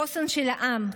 החוסן של העם,